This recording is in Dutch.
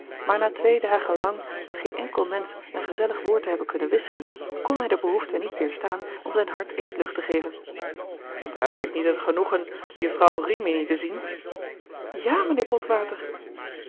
maar na twee dagen lang met geen enkel mensch een gezellig woord te hebben kunnen wisselen kon hij de behoefte niet weerstaan om zijn hart eens lucht te geven heb ik niet het genoegen juffrouw rimini te zien ja mijnheer botwater